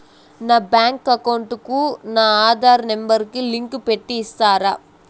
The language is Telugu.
నా బ్యాంకు అకౌంట్ కు నా ఆధార్ నెంబర్ లింకు పెట్టి ఇస్తారా?